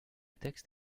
texte